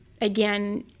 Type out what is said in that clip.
again